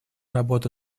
работа